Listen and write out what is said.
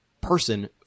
person